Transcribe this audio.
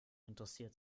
interessiert